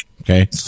Okay